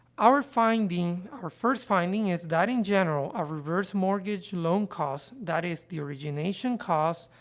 our finding our first finding is that, in general, a reverse mortgage loan cost that is the origination cost,